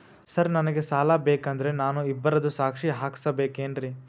Sir ನನಗೆ ಸಾಲ ಬೇಕಂದ್ರೆ ನಾನು ಇಬ್ಬರದು ಸಾಕ್ಷಿ ಹಾಕಸಬೇಕೇನ್ರಿ?